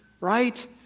right